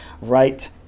right